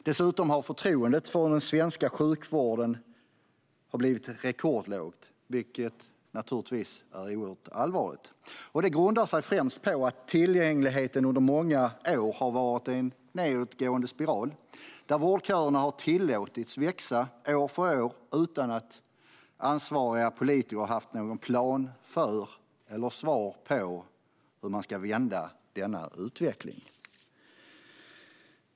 Dessutom har förtroendet för den svenska sjukvården blivit rekordlågt, vilket naturligtvis är oerhört allvarligt. Det grundar sig främst på att tillgängligheten under många år har varit i en nedåtgående spiral, där vårdköerna har tillåtits växa år för år utan att ansvariga politiker haft någon plan för eller svar på hur man ska vända denna utveckling.